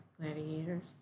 gladiators